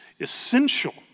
essential